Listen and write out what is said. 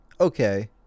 okay